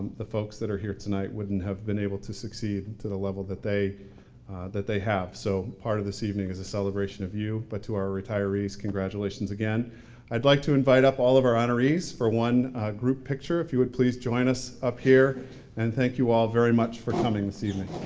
the folks that are here tonight wouldn't have been able to succeed to the level that they that they have. so part of this evening is a celebration of you. but to our retirees, congratulations again i'd like to invite up all of our honorees for one group picture. if you would please join us up here and thank you all very much for coming this evening.